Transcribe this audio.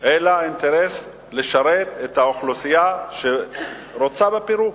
אלא אינטרס לשרת את האוכלוסייה שרוצה בפירוק.